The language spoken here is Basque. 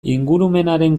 ingurumenaren